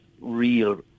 real